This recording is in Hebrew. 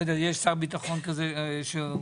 יש שר ביטחון --- מחר.